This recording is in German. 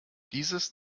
dieses